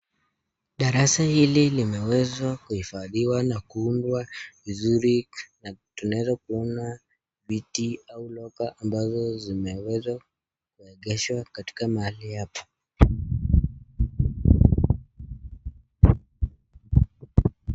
Darasa hili limeweza kuhifadhiwa na kuundwa vizuri na tunaweza kuona viti au (cs)locker (cs) ambazo zimeweza kuwekeshwa katika mahali hapa.